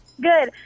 Good